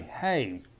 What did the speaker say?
hey